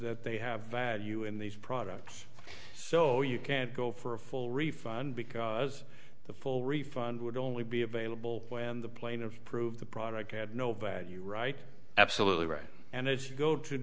that they have value in these products so you can't go for a full refund because the full refund would only be available when the plaintiff prove the product had no value right absolutely right and if you go to